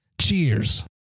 Cheers